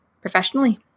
professionally